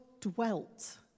dwelt